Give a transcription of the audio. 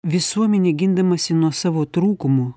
visuomenė gindamasi nuo savo trūkumų